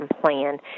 plan